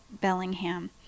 Bellingham